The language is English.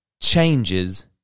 changes